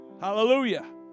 Hallelujah